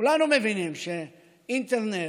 כולנו מבינים שאינטרנט